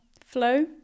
flow